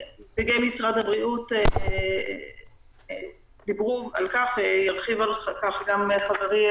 במשרד הבריאות דיברו על כך, וירחיב על כך גם חברי,